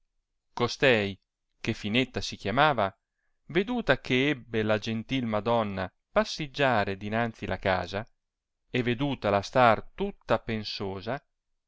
costei che finetta si chiamava veduta che ebbe la gentil madonna passiggiare dinanzi la casa e vedutala star tutta pensosa